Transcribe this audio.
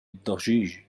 الضجيج